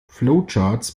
flowcharts